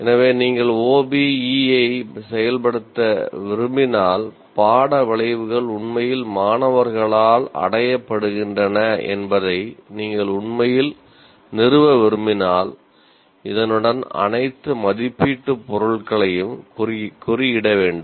எனவே நீங்கள் OBE ஐ செயல்படுத்த விரும்பினால் பாட விளைவுகள் உண்மையில் மாணவர்களால் அடையப்படுகின்றன என்பதை நீங்கள் உண்மையில் நிறுவ விரும்பினால் இதனுடன் அனைத்து மதிப்பீட்டு பொருட்களையும் குறியிட வேண்டும்